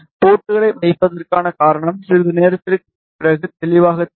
போர்ட்களை வைப்பதற்கான காரணம் சிறிது நேரத்திற்குப் பிறகு தெளிவாகத் தெரியும்